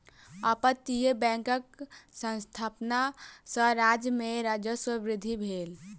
अपतटीय बैंकक स्थापना सॅ राज्य में राजस्व वृद्धि भेल